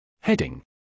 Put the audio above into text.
Heading